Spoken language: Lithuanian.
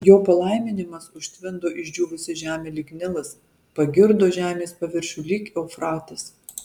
jo palaiminimas užtvindo išdžiūvusią žemę lyg nilas pagirdo žemės paviršių lyg eufratas